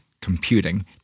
computing